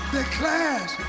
declares